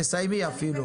תסיימי אפילו.